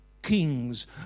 Kings